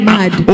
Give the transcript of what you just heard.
mad